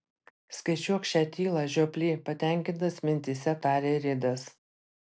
skaičiuok šią tylą žioply patenkintas mintyse tarė ridas